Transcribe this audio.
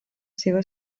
seva